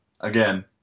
again